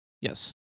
Yes